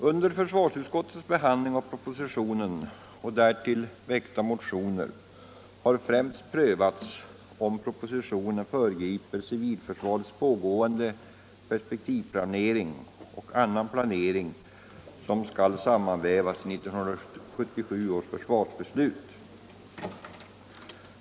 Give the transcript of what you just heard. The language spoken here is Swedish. Under försvarsutskottets behandling av propositionen och av i anslutning därtill väckta motioner har främst prövats om propositionen föregriper civilförsvarets pågående perspektivplanering eller annan planering som skall sammanvävas i 1977 års försvarsbeslut.